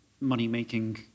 money-making